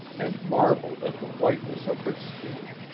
and marveled at the whiteness of her skin.